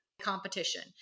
competition